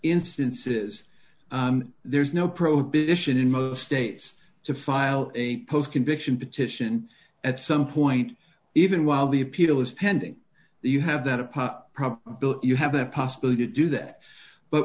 instances there's no prohibition in most states to file a post conviction petition at some point even while the appeal is pending you have that a problem you have the possibility to do that